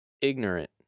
ignorant